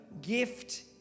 gift